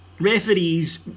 referees